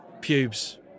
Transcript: pubes